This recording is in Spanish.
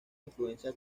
influencia